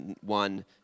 one